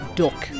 duck